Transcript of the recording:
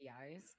eyes